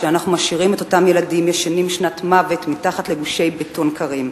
כשאנחנו משאירים את אותם ילדים ישנים שנת מוות מתחת לגושי בטון קרים.